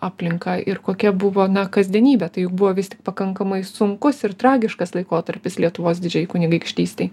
aplinka ir kokia buvo na kasdienybė tai juk buvo vis tik pakankamai sunkus ir tragiškas laikotarpis lietuvos didžiajai kunigaikštystei